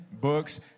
books